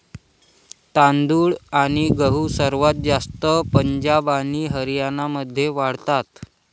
तांदूळ आणि गहू सर्वात जास्त पंजाब आणि हरियाणामध्ये वाढतात